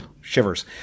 shivers